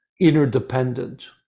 interdependent